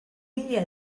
mila